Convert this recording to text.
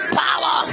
power